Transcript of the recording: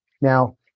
Now